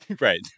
right